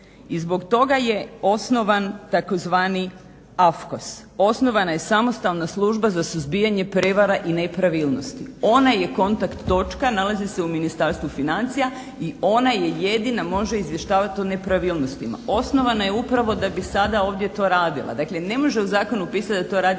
I zbog toga je osnovan tzv. AFKOS osnovana je Samostalna služba za suzbijanje prevara i nepravilnosti. Ona je kontakt točka i nalazi se u Ministarstvu financija i ona je jedina može izvještavati o nepravilnostima. Osnovana je upravo da bi sada ovdje to radila. Dakle ne može u zakonu pisati da to radi